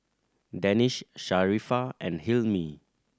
Danish Sharifah and Hilmi